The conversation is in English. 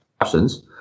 absence